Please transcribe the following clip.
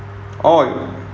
orh